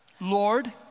Lord